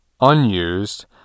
unused